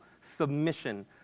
submission